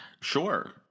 Sure